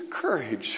courage